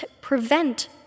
prevent